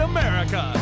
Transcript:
America